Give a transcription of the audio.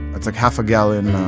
it's like half a gallon